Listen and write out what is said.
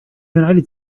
united